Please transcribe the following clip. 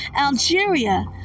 Algeria